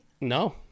No